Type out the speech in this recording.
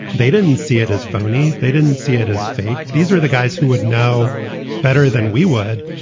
they didn't see it as phony. they didn't see it as fake these are the guys who would know better than we would.